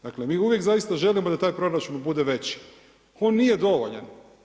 Dakle mi uvijek zaista želimo da taj proračun bude veći on nije dovoljan.